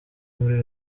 muri